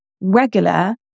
regular